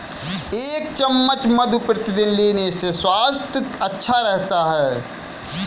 एक चम्मच मधु प्रतिदिन लेने से स्वास्थ्य अच्छा रहता है